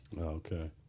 okay